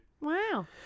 wow